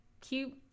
cute